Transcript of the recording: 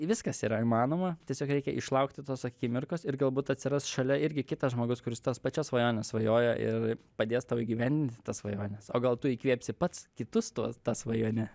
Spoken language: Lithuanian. viskas yra įmanoma tiesiog reikia išlaukti tos akimirkos ir galbūt atsiras šalia irgi kitas žmogus kuris tas pačias svajones svajoja ir padės tau įgyvendinti tas svajones o gal tu įkvėpsi pats kitus tuo ta svajone